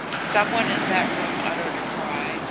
some one in that room uttered a cry,